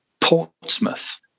Portsmouth